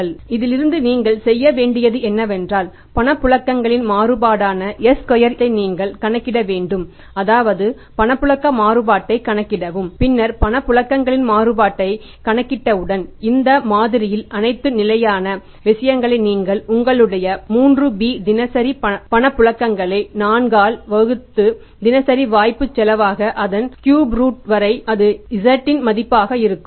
மேலும் இதிலிருந்து நீங்கள் செய்ய வேண்டியது என்னவென்றால் பணப்புழக்கங்களின் மாறுபாடான s ஸ்கொயர் வரை அது z இன் மதிப்பாக இருக்கும்